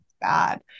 bad